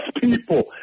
people